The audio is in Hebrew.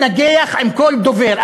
תפסיקי להתנגח עם כל דובר.